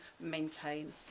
maintain